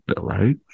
right